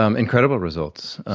um incredible results.